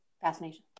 fascination